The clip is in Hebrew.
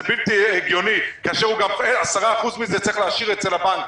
זה בלתי הגיוני כאשר גם 10% מזה צריך להשאיר אצל הבנק.